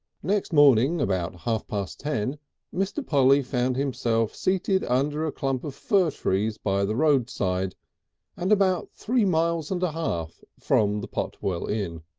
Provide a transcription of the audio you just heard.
next morning about half-past ten mr. polly found himself seated under a clump of fir trees by the roadside and about three miles and a half from the potwell inn.